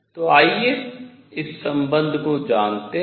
तो आइए इस संबंध को जानते हैं